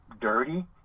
dirty